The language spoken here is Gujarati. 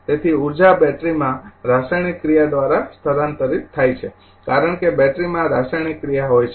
તેથી ઉર્જા બેટરીમાં રાસાયણિક ક્રિયા દ્વારા સ્થાનાંતરિત થાય છે કારણ કે બેટરીમાં રાસાયણિક ક્રિયા હોય છે